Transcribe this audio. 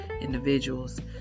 individuals